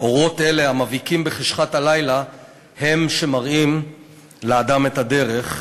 אורות אלה המבהיקים בחשכת הלילה הם שמראים לאדם את הדרך".